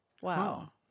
Wow